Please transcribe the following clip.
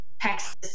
Texas